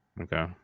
okay